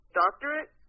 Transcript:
doctorate